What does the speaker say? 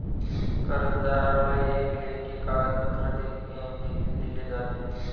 कर्जदाराला एक लेखी कागदपत्र देखील दिले जाते